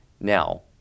Now